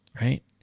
right